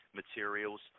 materials